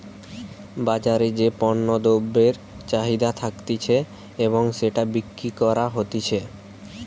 বাজারে যেই পণ্য দ্রব্যের চাহিদা থাকতিছে এবং সেটা বিক্রি করা হতিছে